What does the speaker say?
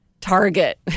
Target